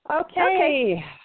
Okay